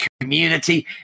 community